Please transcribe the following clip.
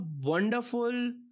wonderful